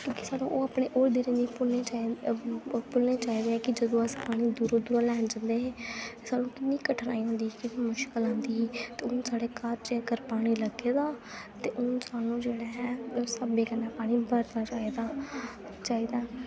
सानूं अपने ओह् दिन नेईं भुल्लनें चाहिदे भुल्लनें चाहिदे कि जदूं अस पानी दूरां दूरां लैन जंदे हे सानूं किन्नी कठिनाई होंदी ही मुश्कल आंदी ही हून साढ़े घर च अगर पानी लगे दा ते हून सानूं जेह्ड़ा ऐ स्हाबै कन्नै पानी बरतना चाहिदा चाहिदा